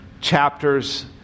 chapters